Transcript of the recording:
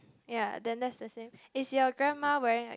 ya then that's the same is your grandma wearing